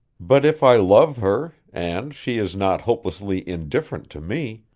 but if i love her, and she is not hopelessly indifferent to me,